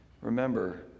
Remember